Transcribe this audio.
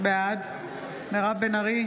בעד מירב בן ארי,